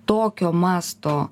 tokio masto